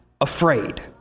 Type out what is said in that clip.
afraid